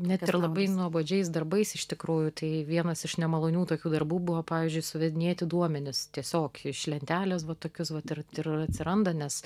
net ir labai nuobodžiais darbais iš tikrųjų tai vienas iš nemalonių tokių darbų buvo pavyzdžiui suvedinėti duomenis tiesiog iš lentelės va tokius vat ir ir atsiranda nes